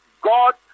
God